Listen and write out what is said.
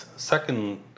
Second